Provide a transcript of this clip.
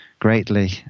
greatly